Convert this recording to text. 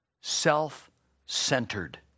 Self-centered